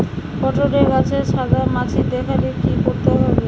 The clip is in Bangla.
পটলে গাছে সাদা মাছি দেখালে কি করতে হবে?